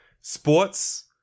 sports